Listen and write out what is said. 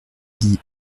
dis